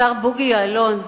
השר בוגי יעלון,